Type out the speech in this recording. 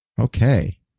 Okay